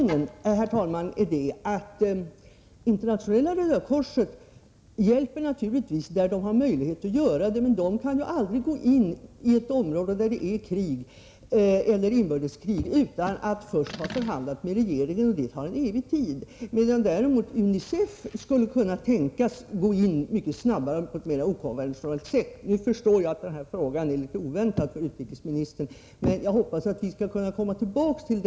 Herr talman! Poängen är att Internationella röda korset naturligtvis hjälper där organisationen har möjlighet att göra det, men den kan ju aldrig gå ini ett område där det är krig eller inbördeskrig utan att först ha förhandlat med landets regering, och det tar en evig tid. Däremot skulle UNICEF kunna tänkas gå in mycket snabbare och på ett mera okonventionellt sätt. Jag förstår att den här frågan kom litet oväntat för utrikesministern, men jag hoppas att vi kan återkomma till den.